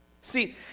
See